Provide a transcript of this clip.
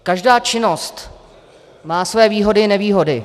Každá činnost má své výhody i nevýhody.